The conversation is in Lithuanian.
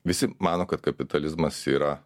visi mano kad kapitalizmas yra